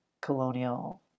colonial